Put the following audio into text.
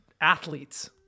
athletes